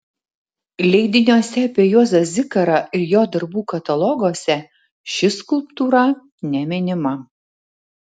leidiniuose apie juozą zikarą ir jo darbų kataloguose ši skulptūra neminima